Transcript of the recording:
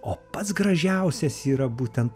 o pats gražiausias yra būtent